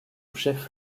chef